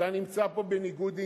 אתה נמצא פה בניגוד עניינים.